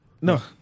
No